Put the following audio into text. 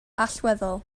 allweddol